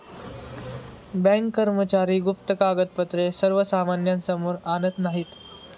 bank कर्मचारी गुप्त कागदपत्रे सर्वसामान्यांसमोर आणत नाहीत